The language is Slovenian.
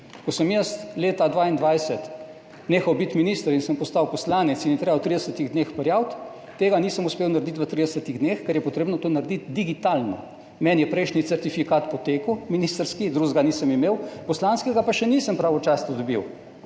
Ko sem jaz leta 2022 nehal biti minister in sem postal poslanec in je treba v 30 dneh prijaviti, **76. TRAK: (TB) - 16.15** (nadaljevanje) tega nisem uspel narediti v 30 dneh, ker je potrebno to narediti digitalno. Meni je prejšnji certifikat potekel, ministrski, drugega nisem imel, poslanskega pa še nisem pravočasno dobil,